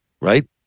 right